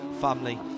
family